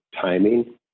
timing